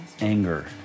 anger